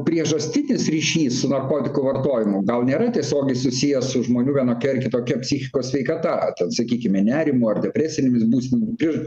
priežastinis ryšys su narkotikų vartojimu gal nėra tiesiogiai susijęs su žmonių vienokia ar kitokia psichikos sveikata ar ten sakykime nerimu ar depresinėmis būsenomis ir